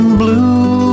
blue